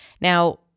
Now